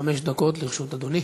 חמש דקות לרשות אדוני.